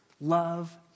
love